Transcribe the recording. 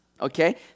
okay